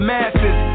masses